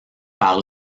par